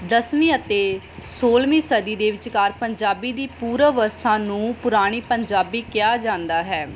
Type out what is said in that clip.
ਦਸਵੀਂ ਅਤੇ ਸੋਲਵੀਂ ਸਦੀ ਦੇ ਵਿਚਕਾਰ ਪੰਜਾਬੀ ਦੀ ਪੂਰਵ ਅਵਸਥਾ ਨੂੰ ਪੁਰਾਣੀ ਪੰਜਾਬੀ ਕਿਹਾ ਜਾਂਦਾ ਹੈ